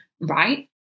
right